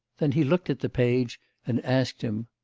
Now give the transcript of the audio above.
then he looked at the page and asked him,